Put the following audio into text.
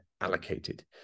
allocated